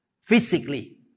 physically